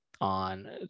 on